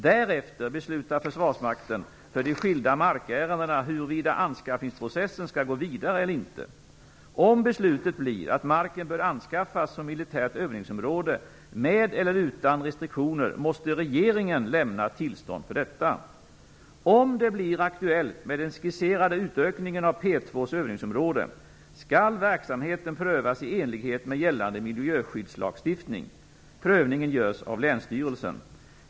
Därefter beslutar försvarsmakten för de skilda markärendena huruvida anskaffningsprocessen skall gå vidare eller inte. Om beslutet blir att marken bör anskaffas som militärt övningsområde, med eller utan restriktioner, måste regeringen lämna tillstånd för detta. Om det blir aktuellt med den skisserade utökningen av P2:s övningsområde skall verksamheten prövas i enlighet med gällande miljöskyddslagstiftning. Prövningen görs av länsstyrelsen.